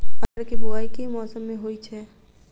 अरहर केँ बोवायी केँ मौसम मे होइ छैय?